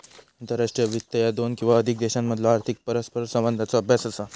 आंतरराष्ट्रीय वित्त ह्या दोन किंवा अधिक देशांमधलो आर्थिक परस्परसंवादाचो अभ्यास असा